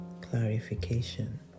clarification